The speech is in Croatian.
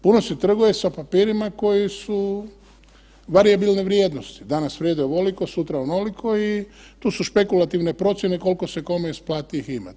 Puno se trguje sa papirima koji su varijabilne vrijednosti, danas vrijede ovoliko, sutra onoliko i tu su špekulativne procjene koliko se kome isplati ih imati.